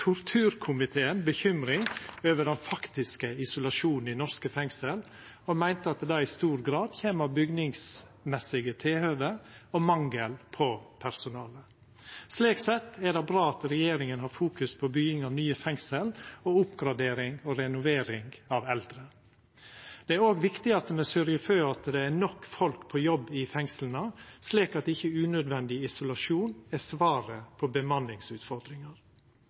torturkomiteen bekymring over den faktiske isolasjonen i norske fengsel og meinte at det i stor grad kom av bygningsmessige tilhøve og mangel på personale. Slik sett er det bra at regjeringa fokuserer på bygging av nye fengsel og oppgradering og renovering av eldre. Det er òg viktig at me sørgjer for at det er nok folk på jobb i fengsla, slik at ikkje unødvendig isolasjon er svaret på